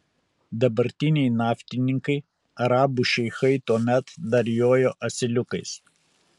dabartiniai naftininkai arabų šeichai tuomet dar jojo asiliukais